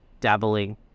dabbling